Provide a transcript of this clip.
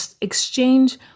exchange